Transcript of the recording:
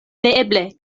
neeble